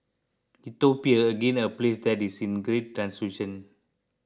Ethiopia again a place that is in great transition